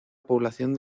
población